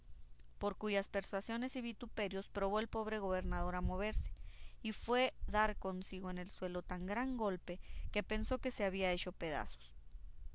por cuyas persuasiones y vituperios probó el pobre gobernador a moverse y fue dar consigo en el suelo tan gran golpe que pensó que se había hecho pedazos